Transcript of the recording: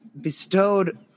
bestowed